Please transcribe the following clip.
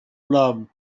love